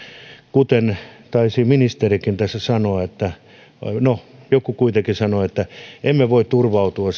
kuten taisi ministerikin tässä sanoa no joku kuitenkin sanoi että emme voi turvautua